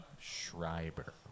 Schreiber